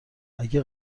اگه